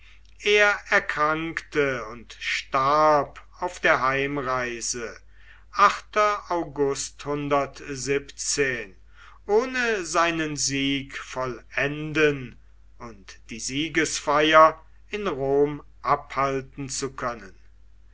er erkrankte und starb auf der heimreise august ohne seinen sieg vollenden und die siegesfeier in rom abhalten zu können